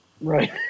Right